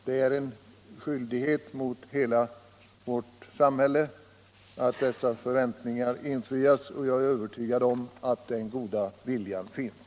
Det är vår skyldighet mot hela samhället att se tvill att förväntningarna infrias, och jag är övertygad om att den goda viljan finns.